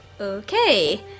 okay